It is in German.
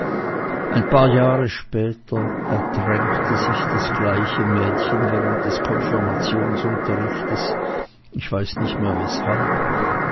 ein paar jahre später ertränkte sich das gleiche mädchen während des konfirmationsunterrichtes ich weiß nicht mehr weshalb